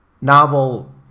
novel